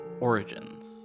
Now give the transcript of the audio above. Origins